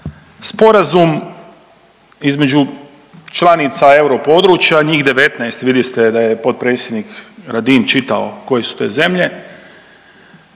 sporazum između članica europodručja njih 19 vidjeli ste da je potpredsjednik Radin čitao koje su to zemlje